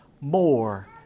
more